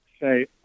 say